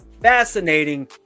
fascinating